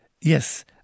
Yes